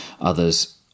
Others